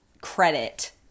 credit